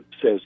says